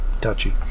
touchy